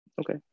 okay